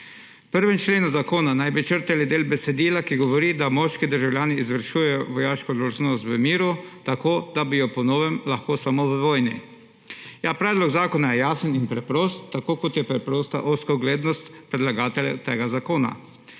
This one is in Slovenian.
prvem členu zakona naj bi črtali del besedila, ki govori, da moški državljani izvršujejo vojaško dolžnost v miru, tako da bi jo po novem lahko samo v vojni. Ja, predlog zakona je jasen in preprost, tako kot je preprosta ozkoglednost predlagatelja tega zakona.